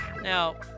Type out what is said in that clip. now